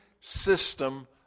system